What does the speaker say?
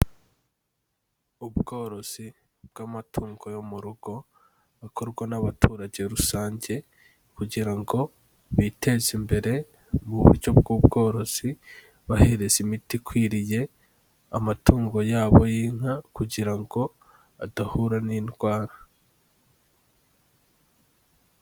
Ubworozi bw'amatungo yo mu rugo akorwa n'abaturage rusange, kugira ngo biteze imbere mu buryo bw'ubworozi, bahereza imiti ikwiriye amatungo yabo y'inka, kugira ngo adahura n'indwara.